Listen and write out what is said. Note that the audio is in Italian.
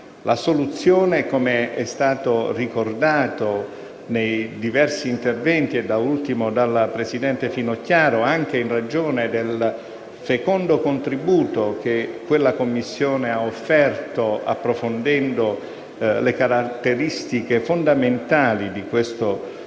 costruttive. Come è stato ricordato nei diversi interventi e da ultimo dalla presidente Finocchiaro, anche in ragione del fecondo contributo che quella Commissione ha offerto approfondendo le caratteristiche fondamentali del problema,